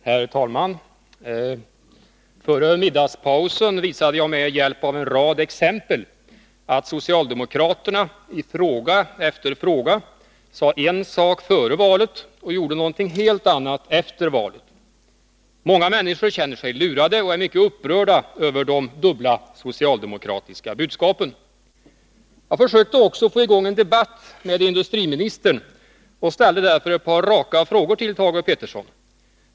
Herr talman! Före middagspausen visade jag med hjälp av en rad exempel att socialdemokraterna i fråga efter fråga sade en sak före valet och gjorde någonting helt annat efter valet. Många människor känner sig lurade och är mycket upprörda över de dubbla socialdemokratiska budskapen. Jag försökte också få i gång en debatt med industriministern och ställde därför ett par raka frågor till Thage Peterson.